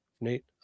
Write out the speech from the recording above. Nate